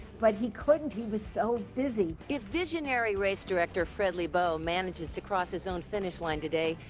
but he couldn't. he was so busy. if visionary race director fred lebow manages to cross his own finish line today,